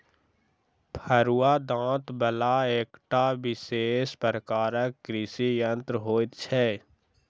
फरूआ दाँत बला एकटा विशेष प्रकारक कृषि यंत्र होइत छै